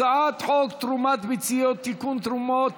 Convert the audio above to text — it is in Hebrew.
הצעת חוק תרומת ביציות (תיקון, תרומת